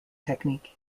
technique